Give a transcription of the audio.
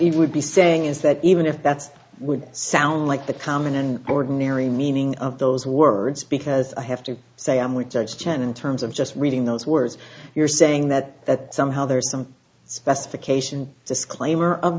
it would be saying is that even if that's would sound like the common and ordinary meaning of those words because i have to say i'm with judge chen in terms of just reading those words you're saying that that somehow there are some specifications disclaimer